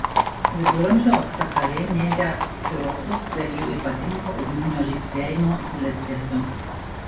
viduramžių auksakaliai mėgę piropus dėl jų ypatingo ugninio žybsėjimo ir blizgesio